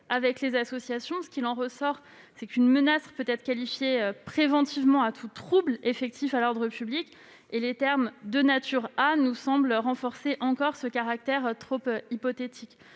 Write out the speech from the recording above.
avec les associations. Il en ressort qu'une « menace » peut être qualifiée préventivement à un trouble effectif à l'ordre public. Les termes « de nature à » nous semblent renforcer encore ce caractère hypothétique.